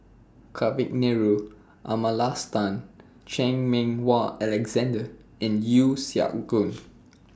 Kavignareru Amallathasan Chan Meng Wah Alexander and Yeo Siak Goon